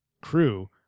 crew